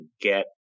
get